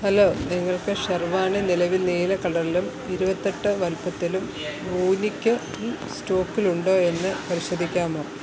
hello നിങ്ങൾക്ക് ഷെർവാണി നിലവിൽ നീലക്കളറിലും ഇരുപത്തി എട്ട് വലുപ്പത്തിലും വൂനിക്ക് സ്റ്റോക്കിൽ ഉണ്ടോ എന്ന് പരിശോധിക്കാമോ